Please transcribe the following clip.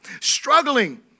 struggling